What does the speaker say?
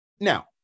now